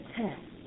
test